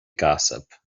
gossip